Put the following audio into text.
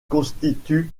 constitue